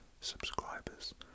subscribers